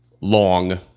long